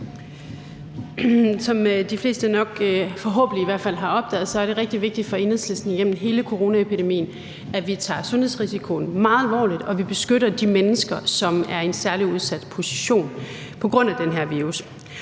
nok i hvert fald forhåbentlig har opdaget, har det været rigtig vigtigt for Enhedslisten gennem hele coronaepidemien, at vi tager sundhedsrisikoen meget alvorligt, og at vi beskytter de mennesker, som er i en særlig udsat position på grund af den her virus.